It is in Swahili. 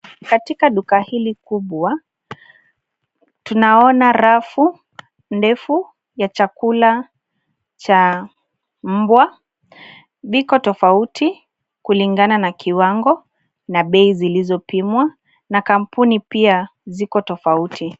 katika duka hili kubwa tunaona rafu ndefu ya chakula cha mbwa ziko tofauti kulingana kiwango na bei zilizopimwa na kampuni pia ziko tofauti